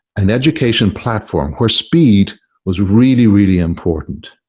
an education platform where speed was really, really important.